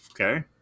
Okay